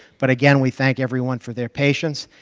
but, again, we thank everyone for their patience.